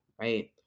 right